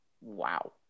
Wow